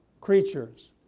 creatures